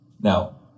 Now